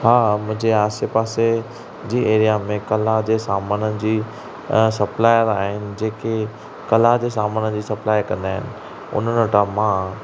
हां मुंहिंजे आसि पासि जे एरिया में कला जे सामाननि जा सप्लायर आहिनि जेके कला जे सामान जी सप्लाई कंदा आहिनि हुननि वटां मां